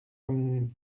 comme